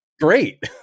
great